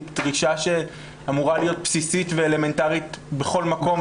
היא דרישה שאמורה להיות בסיסית ואלמנטרית בכל מקום,